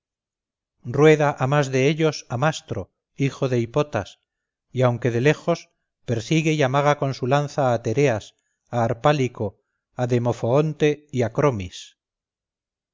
rueda a más de ellos amastro hijo de hipotas y aunque de lejos persigue y amaga con su lanza a tereas a harpalico a demofoonte y